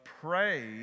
pray